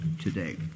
today